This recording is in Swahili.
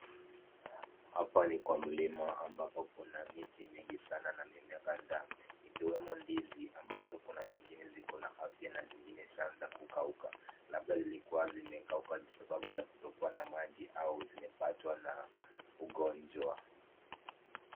Hapa ni kwa mlima ambapo kuna miti mingi sana na mimea kadhaa. Ikiwemo ndizi ambazo kuna zingine ziko na afya na zingine shanza kukauka. Labda lilikuwa zimekauka kwa sababu ya kutokuwa na maji au zimepatwa na ugonjwa.